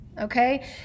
okay